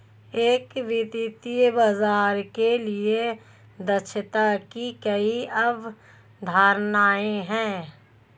एक वित्तीय बाजार के लिए दक्षता की कई अवधारणाएं हैं